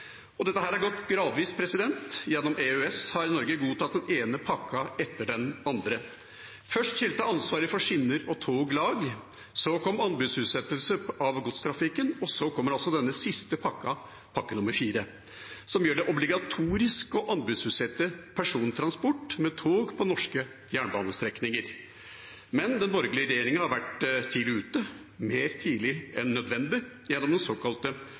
Dette har gått gradvis. Gjennom EØS har Norge godtatt den ene pakken etter den andre. Først skilte ansvaret for skinner og tog lag, så kom anbudsutsettelse av godstrafikken, og så kommer altså denne siste pakken, pakke nr. IV, som gjør det obligatorisk å anbudsutsette persontransport med tog på norske jernbanestrekninger. Den borgerlige regjeringa har vært tidlig ute, tidligere enn nødvendig, gjennom den såkalte